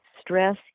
stress